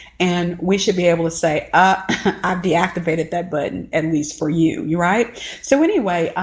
and we should be able to say i've deactivated that button enemies for you. you're right so anyway, um,